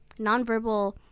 nonverbal